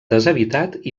deshabitat